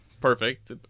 perfect